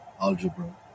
algebra